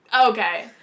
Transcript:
Okay